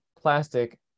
plastic